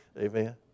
amen